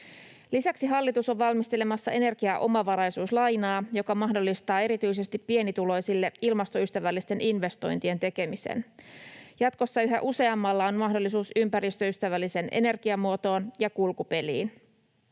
Lisäksi hallitus on valmistelemassa energiaomavaraisuuslainaa, joka mahdollistaa erityisesti pienituloisille ilmastoystävällisten investointien tekemisen. Jatkossa yhä useammalla on mahdollisuus ympäristöystävälliseen energiamuotoon ja kulkupeliin.